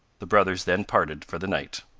the brothers then parted for the night.